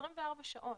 24 שעות.